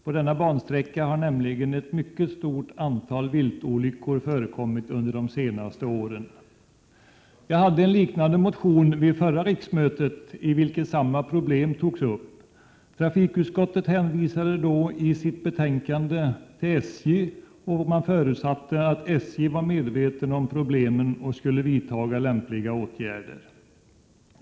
På denna bansträcka har nämligen ett mycket stort antal viltolyckor förekommit under de senaste åren. Jag väckte en liknande motion förra riksmötet, i vilken jag tog upp samma problem. Trafikutskottet hänvisade då i sitt betänkande till SJ, och man förutsatte att SJ var medvetet om problemet och skulle vidta lämpliga åtgärder.